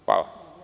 Hvala.